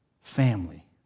Family